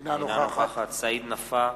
אינה נוכחת סעיד נפאע,